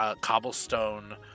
cobblestone